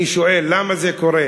אני שואל: למה זה קורה?